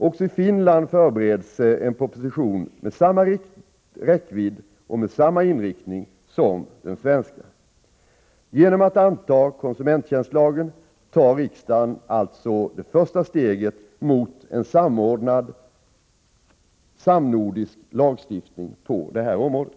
Också i Finland förbereds en proposition med samma räckvidd och samma inriktning som den svenska. Genom att anta konsumenttjänstlagen tar riksdagen alltså det första steget mot en samnordisk lagstiftning på området.